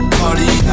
party